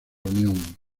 unión